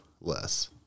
Less